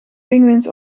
pinguïns